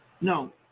No